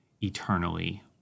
eternally